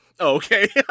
Okay